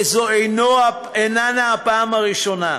וזו איננה הפעם הראשונה.